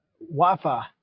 Wi-Fi